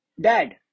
Dad